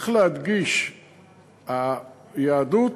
צריך להדגיש, היהדות,